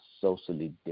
socially